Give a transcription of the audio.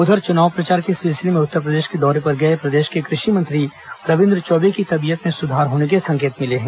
उधर चुनाव प्रचार के सिलसिले में उत्तरप्रदेश के दौरे पर गए प्रदेश के कृषि मंत्री रविन्द्र चौबे की तबीयत में सुधार होने के संकेत मिले हैं